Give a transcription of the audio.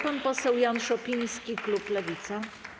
Pan poseł Jan Szopiński, klub Lewica.